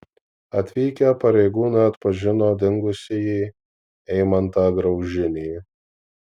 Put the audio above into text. atvykę pareigūnai atpažino dingusįjį eimantą graužinį